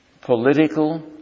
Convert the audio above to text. political